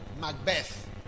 Macbeth